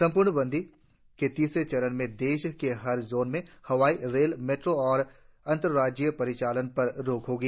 संपूर्ण बंदी के तीसरे चरण में देश के हर जोन में हवाई रेल मेट्रो और अंतर्राजीय परिचालन पर रोक रहेगी